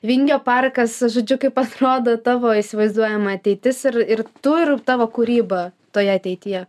vingio parkas žodžiu kaip atrodo tavo įsivaizduojama ateitis ir ir tu ir tavo kūryba toje ateityje